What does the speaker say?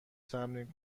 تمرین